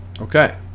Okay